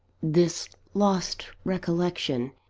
this lost recollection,